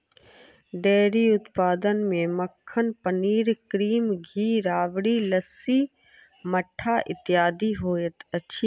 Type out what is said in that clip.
dairy उत्पाद मे मक्खन, पनीर, क्रीम, घी, राबड़ी, लस्सी, मट्ठा इत्यादि होइत अछि